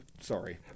Sorry